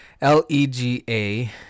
L-E-G-A